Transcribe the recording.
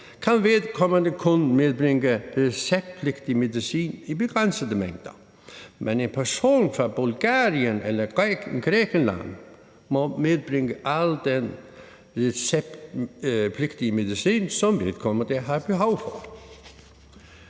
kan vedkommende kun medbringe receptpligtig medicin i begrænsede mængder. Men en person fra Bulgarien eller Grækenland må medbringe al den receptpligtige medicin, som vedkommende har behov for.